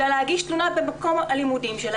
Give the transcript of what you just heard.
אלא להגיש תלונה במקום הלימודים שלה